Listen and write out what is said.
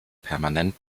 permanent